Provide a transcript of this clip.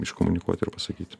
iškomunikuoti ir pasakyti